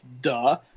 duh